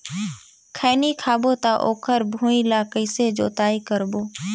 खैनी लगाबो ता ओकर भुईं ला कइसे जोताई करबो?